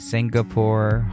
Singapore